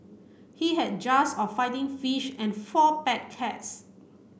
he had jars of fighting fish and four pet cats